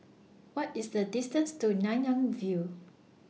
What IS The distance to Nanyang View